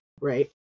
Right